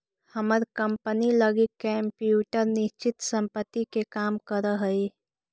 हमर कंपनी लगी कंप्यूटर निश्चित संपत्ति के काम करऽ हइ